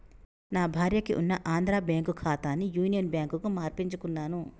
నా భార్యకి ఉన్న ఆంధ్రా బ్యేంకు ఖాతాని యునియన్ బ్యాంకుకు మార్పించుకున్నాను